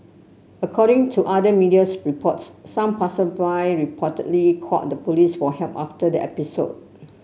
according to other medias reports some passersby reportedly called the police for help after the episode